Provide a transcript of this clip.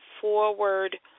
forward